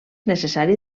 necessari